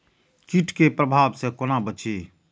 कीट के प्रभाव से कोना बचीं?